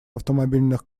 автомобильных